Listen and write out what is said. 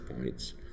points